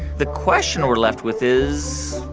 the question we're left with is,